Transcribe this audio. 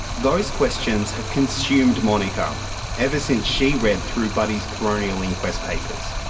those questions have consumed monica ever since she read through buddy's coronial inquest papers.